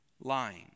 lying